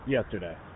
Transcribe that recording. Yesterday